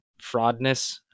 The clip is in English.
fraudness